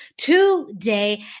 today